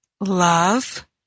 Love